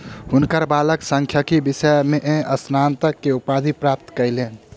हुनकर बालक सांख्यिकी विषय में स्नातक के उपाधि प्राप्त कयलैन